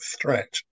threat